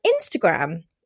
Instagram